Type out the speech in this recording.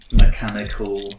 mechanical